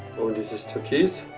this this turquoise